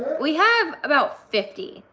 we have about fifty.